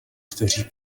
kteří